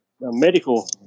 medical